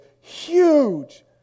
huge